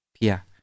Pia